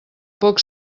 poc